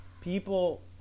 people